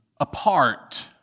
apart